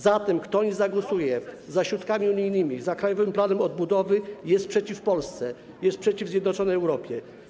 Zatem kto nie zagłosuje za środkami unijnymi i za Krajowym Planem Odbudowy, jest przeciw Polsce, jest przeciw zjednoczonej Europie.